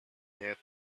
had